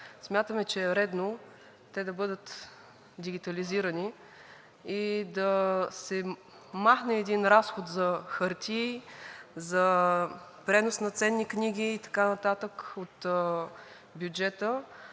смятаме, че е редно те да бъдат дигитализирани и да се махне един разход за хартии, за пренос на ценни книги и така нататък от бюджета,